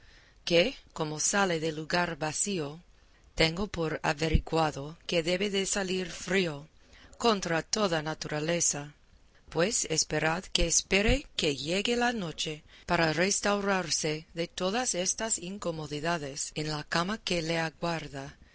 que como sale de lugar vacío tengo por averiguado que debe de salir frío contra toda naturaleza pues esperad que espere que llegue la noche para restaurarse de todas estas incomodidades en la cama que le aguarda